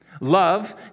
Love